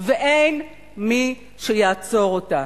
ואין מי שיעצור אותה.